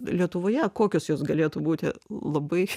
lietuvoje kokios jos galėtų būti labai